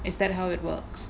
is that how it works